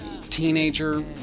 teenager